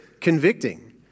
convicting